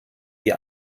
die